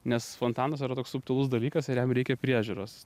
nes fontanas yra toks subtilus dalykas ir jam reikia priežiūros